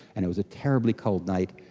and it was a terribly cold night,